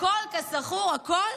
כזכור, הכול,